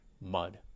mud